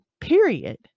period